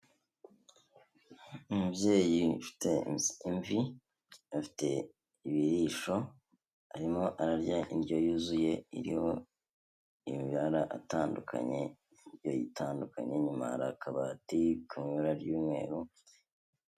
Umubyeyi ufite imvi, afite ibirisho arimo ararya indyo yuzuye, iriho amabara atandukanye, yayitandukanye inyumaye hari akabati kibara ry'umweru.